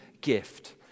gift